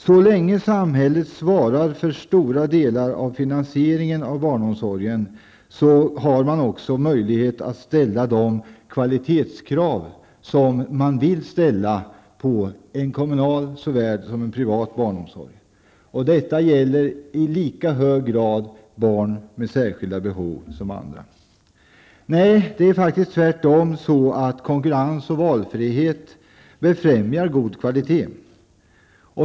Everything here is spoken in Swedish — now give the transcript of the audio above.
Så länge samhället svarar för stora delar av finansieringen av barnomsorgen har man också möjlighet att ställa de kvalitetskrav som man vill ställa på såväl en kommunal som en privat barnomsorg. Detta gäller i lika hög grad barn med särskilda behov som andra barn. Nej, det är faktiskt tvärtom så att konkurrens och valfrihet befrämjar god kvalitet.